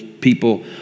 people